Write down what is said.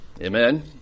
Amen